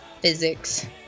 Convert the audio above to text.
physics